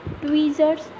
tweezers